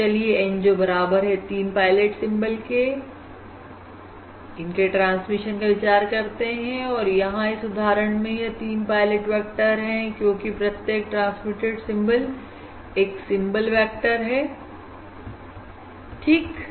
तो चलिए N जो बराबर है 3 पायलट सिंबल के के ट्रांसमिशन का विचार करते हैं और यहां इस उदाहरण में यह तीन पायलट वेक्टर है क्योंकि प्रत्येक ट्रांसमिटेड सिंबॉल एक सिंबल वेक्टर 9symbol vectorहै